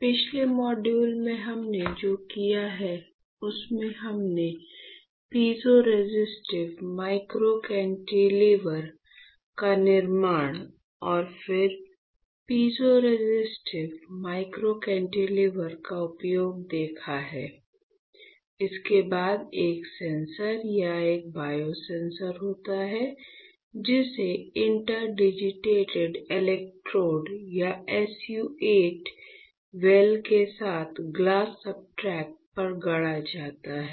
पिछले मॉड्यूल में हमने जो किया है उसमें हमने पीज़ोरेसिस्टिव माइक्रो कैंटीलीवर का निर्माण और फिर पीज़ोरेसिस्टिव माइक्रो कैंटीलीवर का उपयोग देखा है इसके बाद एक सेंसर या एक बायोसेंसर होता है जिसे इंटरडिजिटेटेड इलेक्ट्रोड और SU 8 वेल के साथ ग्लास सब्सट्रेट पर गढ़ा जाता है